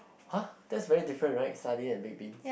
!huh! that's very different right sardine and baked beans